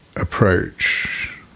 approach